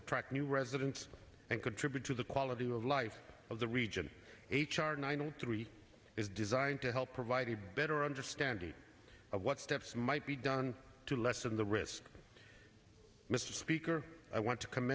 attract new residents and contribute to the quality of life of the region h r nine hundred three is designed to help provide a better understanding of what steps might be done to lessen the risk mr speaker i want to com